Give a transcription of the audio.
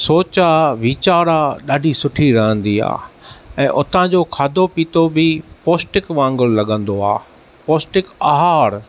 सोचु आहे वीचारु आहे ॾाढी सुठी रहंदी आहे ऐं उतां जो खाधो पीतो बि पौष्टिकु वांगुरु लगं॒दो आहे पौष्टिकु आहारु